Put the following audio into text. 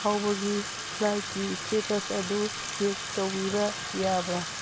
ꯐꯥꯎꯕꯒꯤ ꯐ꯭ꯂꯥꯏꯠꯀꯤ ꯏꯁꯇꯦꯇꯁ ꯑꯗꯨ ꯆꯦꯛ ꯇꯧꯕꯤꯕ ꯌꯥꯕ꯭ꯔꯥ